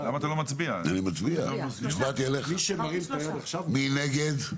3. מי נגד?